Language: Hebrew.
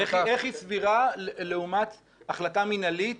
איך היא סבירה לעומת החלטה מנהלית